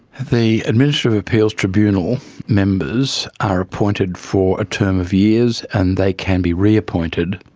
the administrative appeals tribunal members are appointed for a term of years and they can be reappointed.